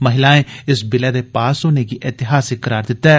महिलाएं इस बिलै दे पास होने गी ऐतिहासिक करार दित्ता ऐ